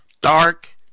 dark